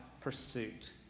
pursuit